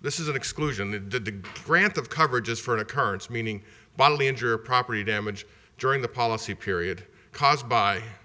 this is an exclusion the grant of coverage is for an occurrence meaning bodily injury or property damage during the policy period caused by